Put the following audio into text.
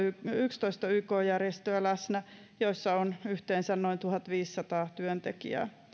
yksitoista yk järjestöä läsnä joissa on yhteensä noin tuhatviisisataa työntekijää